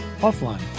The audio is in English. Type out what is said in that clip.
offline